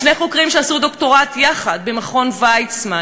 שני חוקרים שעשו דוקטורט יחד במכון ויצמן.